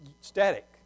static